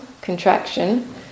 contraction